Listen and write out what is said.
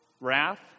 wrath